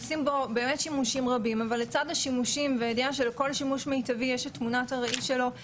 כל אלה למעשה הרחיבו והעמיקו את הזירת התמודדות של ילדים ונוער כיום,